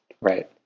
right